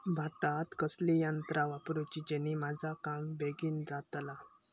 भातात कसली यांत्रा वापरुची जेनेकी माझा काम बेगीन जातला?